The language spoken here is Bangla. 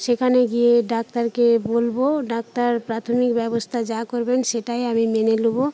সেখানে গিয়ে ডাক্তারকে বলব ডাক্তার প্রাথমিক ব্যবস্থা যা করবেন সেটাই আমি মেনে নেব